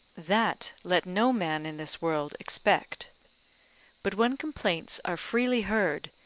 that let no man in this world expect but when complaints are freely heard,